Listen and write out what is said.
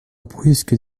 brusque